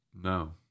No